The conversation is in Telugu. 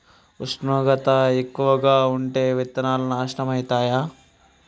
ఉష్ణోగ్రత ఎక్కువగా ఉంటే విత్తనాలు నాశనం ఐతయా?